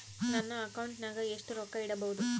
ನನ್ನ ಅಕೌಂಟಿನಾಗ ಎಷ್ಟು ರೊಕ್ಕ ಇಡಬಹುದು?